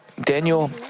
Daniel